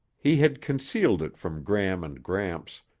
he had concealed it from gram and gramps,